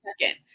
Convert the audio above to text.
second